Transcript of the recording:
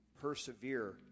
persevere